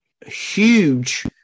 huge